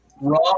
Raw